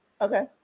Okay